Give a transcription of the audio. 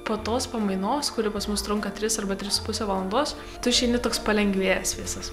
po tos pamainos kuri pas mus trunka tris arba tris su puse valandos tu išeini toks palengvėjęs visas